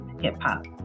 hip-hop